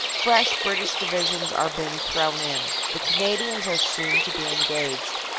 fresh british divisions are being thrown in. the canadians are soon to be engaged.